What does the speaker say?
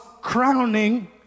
crowning